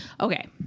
Okay